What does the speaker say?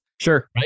Sure